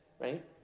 right